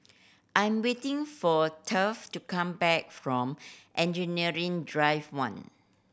I'm waiting for Taft to come back from Engineering Drive One